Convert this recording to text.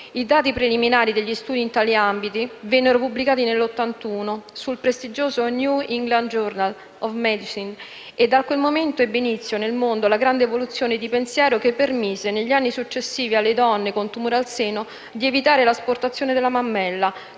I dati preliminari degli studi in tali ambiti vennero pubblicati nel 1981, sul prestigioso «New England journal of medicine» e da quel momento ebbe inizio nel mondo la grande evoluzione di pensiero che permise, negli anni successivi, alle donne con tumore al seno di evitare l'asportazione della mammella